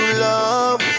love